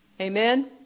Amen